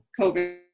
covid